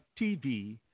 TV